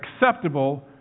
acceptable